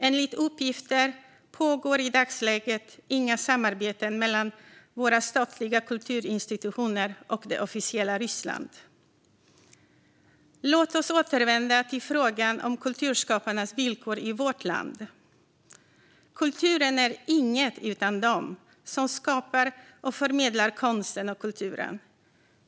Enligt uppgifter pågår i dagsläget inga samarbeten mellan våra statliga kulturinstitutioner och det officiella Ryssland. Låt oss återvända till frågan om kulturskaparnas villkor i vårt land. Kulturen är inget utan dem som skapar och förmedlar konsten och kulturen.